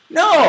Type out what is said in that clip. no